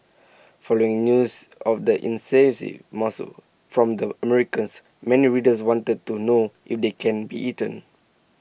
following news of the mussel from the Americas many readers wanted to know if they can be eaten